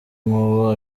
nkuwo